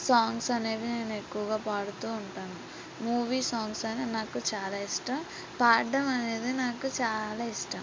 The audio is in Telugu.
సాంగ్స్ అనేవి నేను ఎక్కువగా పాడుతూ ఉంటాను మూవీ సాంగ్స్ అయినా నాకు చాలా ఇష్టం పాడడం అనేది నాకు చాలా ఇష్టం